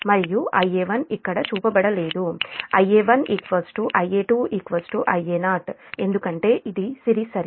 మరియు Ia1 ఇక్కడ చూపబడలేదు Ia1 Ia2 Ia0 ఎందుకంటే ఇది సిరీస్ సర్క్యూట్